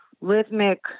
rhythmic